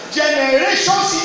generations